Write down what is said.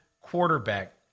quarterback